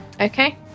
Okay